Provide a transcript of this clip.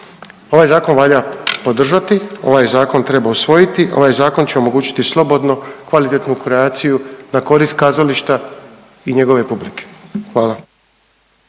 Ovaj zakon valja podržati, ovaj zakon treba usvojiti, ovaj zakon će omogućiti slobodnu i kvalitetnu kreaciju na korist kazališta i njegove publike, hvala.